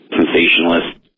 sensationalist